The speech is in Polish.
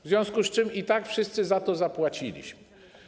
W związku z tym i tak wszyscy za to zapłaciliśmy.